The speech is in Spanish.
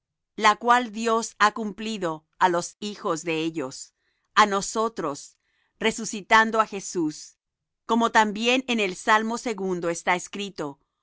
la cual dios ha cumplido á los hijos de ellos á nosotros resucitando á jesús como también en el salmo segundo está escrito